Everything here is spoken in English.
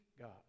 God